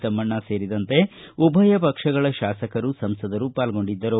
ತಮ್ಮಣ್ಣ ಸೇರಿದಂತೆ ಉಭಯ ಪಕ್ಷಗಳ ಶಾಸಕರು ಸಂಸದರು ಪಾಲ್ಗೊಂಡಿದ್ದರು